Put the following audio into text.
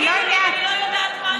תגידו לי אם אני לא יודעת משהו.